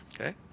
Okay